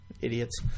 Idiots